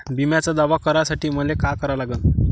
बिम्याचा दावा करा साठी मले का करा लागन?